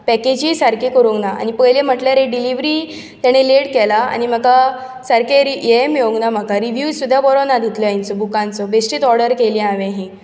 पॅकेजी सारकी करूंक ना पयले म्हणल्यार हे डिलिवरी तांणे लेट केला आनी म्हाका सारके हेंवूय मेळूंक ना म्हाका रिव्यूय सुद्दां बरो ना दिसलो हांचो बुकांचो बेश्टीच ऑर्डर केलें हांवें ही